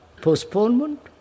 Postponement